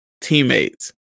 teammates